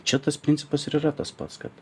čia tas principas ir yra tas pats kad